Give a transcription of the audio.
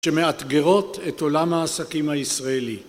שמאתגרות את עולם העסקים הישראלי.